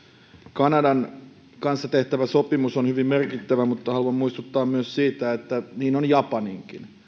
kanadan kanssa tehtävä sopimus on hyvin merkittävä mutta haluan muistuttaa myös siitä että niin on japaninkin